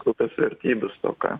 grupės vertybių stoka